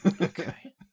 Okay